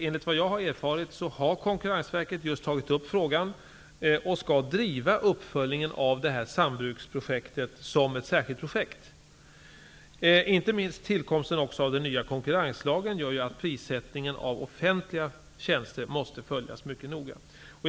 Enligt vad jag har erfarit har Konkurrensverket just tagit upp frågan och skall driva uppföljningen av sambruksprojektet som ett särskilt projekt. Tillkomsten av den nya konkurrenslagen gör att prissättningen av offentliga tjänster måste följas mycket noggrant.